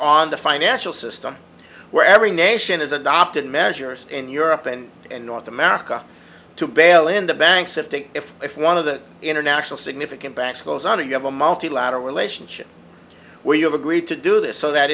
on the financial system where every nation has adopted measures in europe and north america to bail into banks if if if one of the international significant banks goes on and you have a multilateral relationship where you've agreed to do this so that